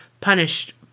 punished